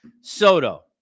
Soto